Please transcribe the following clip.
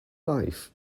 life